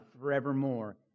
forevermore